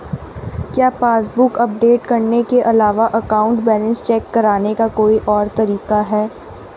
क्या passbook update करने के अलावा अकाउंट बैलेंस चेक करने का कोई और तरीका है?